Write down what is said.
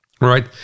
right